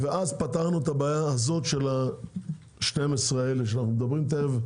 ואז פתרנו את הבעיה הזאת של ה-12 האלה שאנחנו מדברים עליהם.